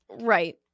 Right